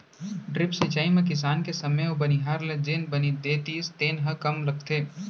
drip सिंचई म किसान के समे अउ बनिहार ल जेन बनी देतिस तेन ह कम लगथे